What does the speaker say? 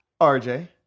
RJ